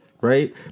right